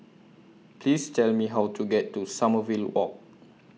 Please Tell Me How to get to Sommerville Walk